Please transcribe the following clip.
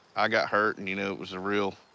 i got hurt and, you know, it was a real